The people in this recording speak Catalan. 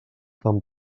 tan